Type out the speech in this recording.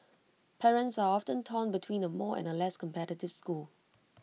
parents are often torn between A more and A less competitive school